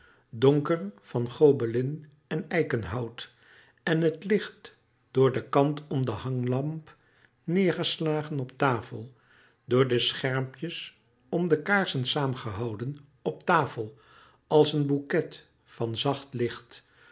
donker van gobelin en eikenhout en het licht door de kant om de hanglamp neêrgeslagen op tafel door de schermpjes om de kaarsen saamgehouden op tafel als een bouquet van zacht licht